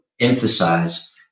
Emphasize